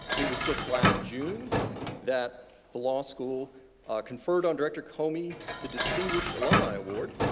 it was just last june that the law school conferred on director comey the distinguished alumni award.